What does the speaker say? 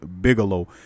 Bigelow